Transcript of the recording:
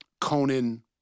Conan